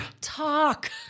talk